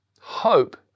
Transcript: Hope